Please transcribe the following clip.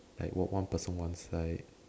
like one one person one side